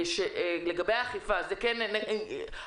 היא סיוע לפתיחת המסחר.